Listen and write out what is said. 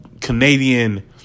Canadian